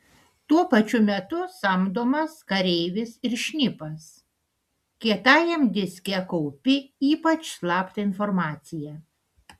tuo pačiu metu samdomas kareivis ir šnipas kietajam diske kaupi ypač slaptą informaciją